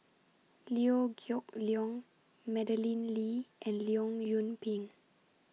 Liew Geok Leong Madeleine Lee and Leong Yoon Pin